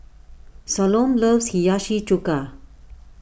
Salome loves Hiyashi Chuka